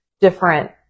different